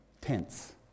tense